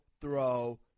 throw